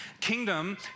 Kingdom